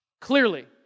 clearly